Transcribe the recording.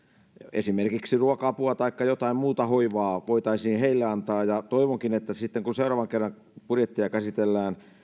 esimerkiksi ruoka apua taikka jotain muuta hoivaa voitaisiin heille antaa toivonkin että sitten kun seuraavan kerran budjettia käsitellään